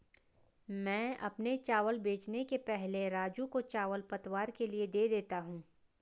मैं अपने चावल बेचने के पहले राजू को चावल पतवार के लिए दे देता हूं